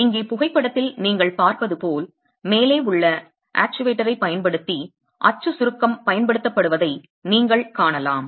எனவே இங்கே புகைப்படத்தில் நீங்கள் பார்ப்பது போல் மேலே உள்ள ஆக்சுவேட்டரைப் பயன்படுத்தி அச்சு சுருக்கம் பயன்படுத்தப்படுவதை நீங்கள் காணலாம்